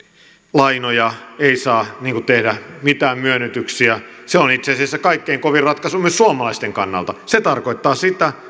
lainoja ei saa tehdä mitään myönnytyksiä se on itse asiassa kaikkein kovin ratkaisu myös suomalaisten kannalta se tarkoittaa sitä